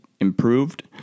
improved